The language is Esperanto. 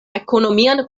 ekonomian